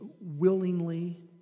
willingly